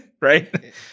Right